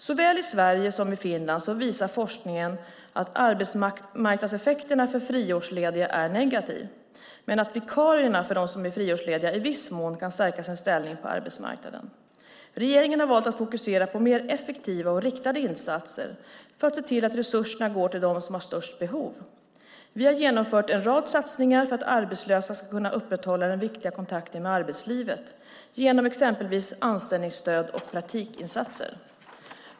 Såväl i Sverige som i Finland visar forskningen att arbetsmarknadseffekterna för friårslediga är negativa, men att vikarierna för de friårslediga i viss mån kan stärka sin ställning på arbetsmarknaden. Regeringen har valt att fokusera på mer effektiva och riktade insatser för att se till att resurserna går till dem som har störst behov. Vi har genomfört en rad satsningar för att arbetslösa ska kunna upprätthålla den viktiga kontakten med arbetslivet, exempelvis genom anställningsstöd och praktikinsatser.